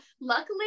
Luckily